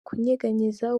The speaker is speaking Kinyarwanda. kunyeganyeza